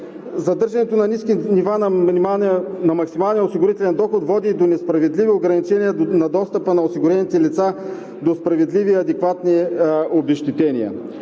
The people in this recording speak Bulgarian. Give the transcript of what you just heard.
задържането на ниски нива на максималния осигурителен доход води до несправедливо ограничение на достъпа на осигурените лица до справедливи и адекватни обезщетения.